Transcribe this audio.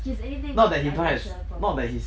he has anything but financial problems